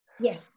Yes